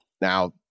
Now